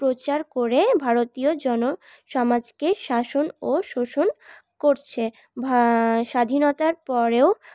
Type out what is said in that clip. প্রচার করে ভারতীয় জনসমাজকে শাসন ও শোষণ করছে স্বাধীনতার পরেও